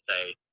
say